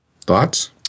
Thoughts